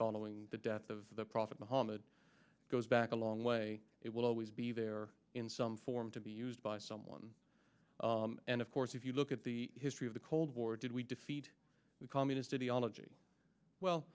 following the death of the prophet muhammad goes back a long way it will always be there in some form to be used by someone and of course if you look at the history of the cold war did we defeat the communist ideology well